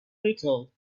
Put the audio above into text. little